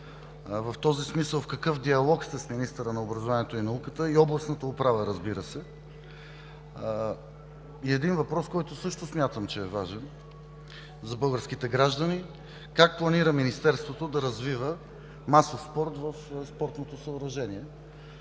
В този смисъл в какъв диалог сте с министъра на образованието и науката и с областната управа, разбира се? И един въпрос, който също смятам, че е важен за българските граждани: как планира Министерството да развива масов спорт в спортното съоръжение